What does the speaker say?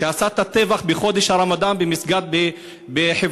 שעשה את הטבח בחודש הרמדאן במסגד בחברון,